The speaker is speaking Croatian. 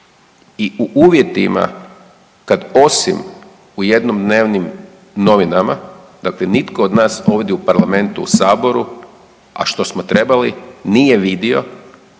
i u uvjetima kad osim u jednodnevni novinama, dakle nitko od nas ovdje u parlamentu, u Saboru, a što smo trebali, nije vidio